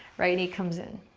right knee comes in.